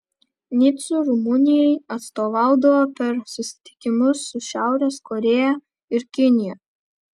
nicu rumunijai atstovaudavo per susitikimus su šiaurės korėja ir kinija